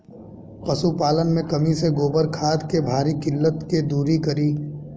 पशुपालन मे कमी से गोबर खाद के भारी किल्लत के दुरी करी?